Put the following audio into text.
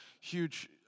huge